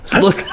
Look